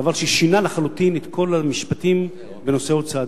דבר ששינה לחלוטין את כל המשפטים בנושא הוצאת דיבה.